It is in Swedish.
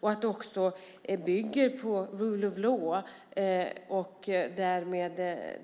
Det ska också bygga på rule of law och därmed